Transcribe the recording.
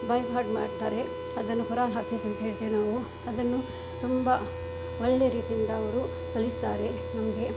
by heart ಮಾಡ್ತಾರೆ ಅದನ್ನು ಹೊರ ಹಾಫಿಜ್ ಅಂತ ಹೇಳ್ತೀವಿ ನಾವು ಅದನ್ನು ತುಂಬ ಒಳ್ಳೆ ರೀತಿಯಿಂದ ಅವರು ಕಲಿಸ್ತಾರೆ ನಮಗೆ